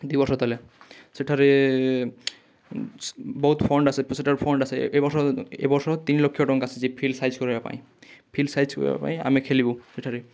ଦୁଇ ବର୍ଷ ତଳେ ସେଠାରେ ବହୁତ ଫଣ୍ଡ ଆସେ ସେଠାରେ ଫଣ୍ଡ ଆସେ ଏ ବର୍ଷ ଏ ବର୍ଷ ତିନି ଲକ୍ଷ ଟଙ୍କା ଆସିଛି ଫିଲଡ଼୍ ସାଇଜ୍ କରିବା ପାଇଁ ଫିଲଡ଼୍ ସାଇଜ୍ କରିବା ପାଇଁ ଆମେ ଖେଳିବୁ ସେଠାରେ